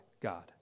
God